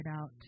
out